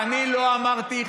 אני לא אמרתי.